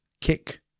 kick